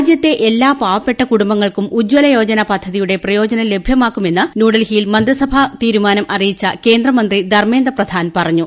രാജ്യത്തെ എല്ലാ പാവപ്പെട്ട കുടുംബങ്ങൾക്കും ഉജ്ജല യോജന പദ്ധതിയുടെ പ്രയോജനം ലഭ്യമാക്കുമെന്ന് ന്യൂഡൽഹിയിൽ മന്ത്രിസഭാ തീരുമാനം അറിയിച്ചു കേന്ദ്രമന്ത്രി ധർമ്മേന്ദ്ര പ്രഥാൻ പറഞ്ഞു